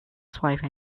swipe